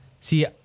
see